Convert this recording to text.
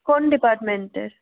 কোন ডিপার্টমেন্টের